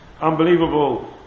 Unbelievable